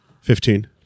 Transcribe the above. Fifteen